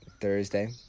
Thursday